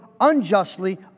unjustly